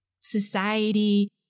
society